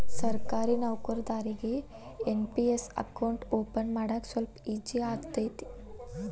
ಸರ್ಕಾರಿ ನೌಕರದಾರಿಗಿ NPS account open ಮಾಡಾಕ ಸ್ವಲ್ಪ ಈಜಿ ಆಗತೈತ